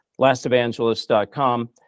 lastevangelist.com